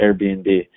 Airbnb